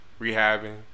rehabbing